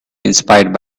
inspired